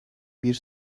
bir